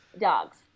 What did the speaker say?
Dogs